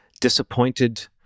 disappointed